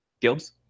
Gilbs